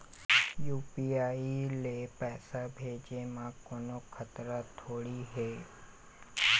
UPI ले पैसे भेजे म कोन्हो खतरा थोड़ी हे?